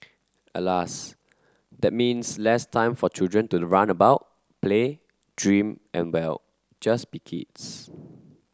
Alas that means less time for children to run about play dream and well just be kids